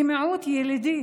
כמיעוט ילידי